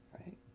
right